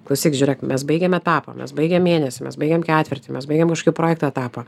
klausyk žiūrėk mes baigiam etapą mes baigiam mėnesį mes baigiam ketvirtį mes baigiam kažkokio projekto etapą